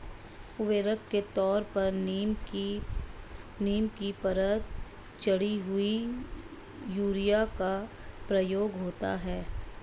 उर्वरक के तौर पर नीम की परत चढ़ी हुई यूरिया का प्रयोग होता है